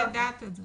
--- לדעת את זה.